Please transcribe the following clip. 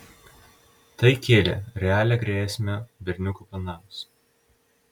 tai kėlė realią grėsmę berniukų planams